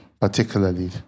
particularly